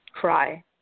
cry